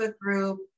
group